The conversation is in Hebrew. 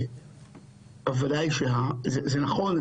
בוודאי שזה נכון,